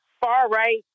far-right